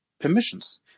permissions